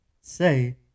say